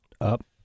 up